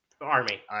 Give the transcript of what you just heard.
Army